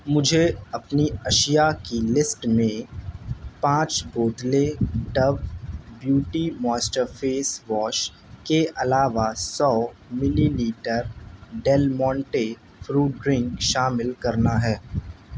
مجھے اپنی اشیا کی لسٹ میں پانچ بوتلیں Dove beauty moisture face wash کے علاوہ سو millilitre Del Monte fruit drink شامل کرنا ہے